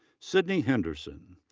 sydney henderson.